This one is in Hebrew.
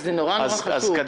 זה מאוד מאוד חשוב.